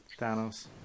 Thanos